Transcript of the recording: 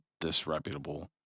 disreputable